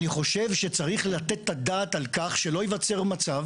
אני חושב שצריך לתת את הדעת על כך שלא ייווצר מצב